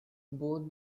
both